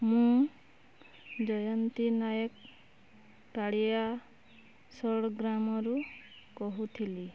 ମୁଁ ଜୟନ୍ତୀ ନାୟକ ପାଳିଆ ଶୋଳ ଗ୍ରାମରୁ କହୁଥିଲି